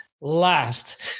last